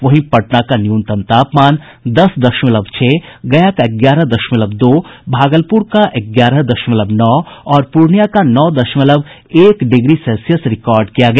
वहीं पटना का न्यूनतम तापमान दस दशमलव छह गया का ग्यारह दशमलव दो भागलपुर का ग्यारह दशमलव नौ और पूर्णिया का नौ दशमलव एक डिग्री सेल्सियस रिकार्ड किया गया